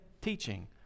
teaching